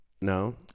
No